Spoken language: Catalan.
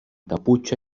caputxa